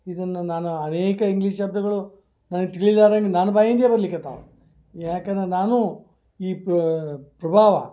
ಇದನ್ನು ನಾನು ಅನೇಕ ಇಂಗ್ಲೀಷ್ ಶಬ್ದಗಳು ನನ್ಗೆ ತಿಳಿಲಾರ್ದಂಗೆ ನನ್ನ ಬಾಯಿಗೆ ಬರ್ಲಿಕ್ಕತ್ತಾವ ಯಾಕಂದ್ರೆ ನಾನೂ ಈ ಪ್ರಭಾವ